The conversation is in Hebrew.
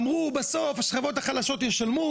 אמרו: בסוף השכבות החלשות ישלמו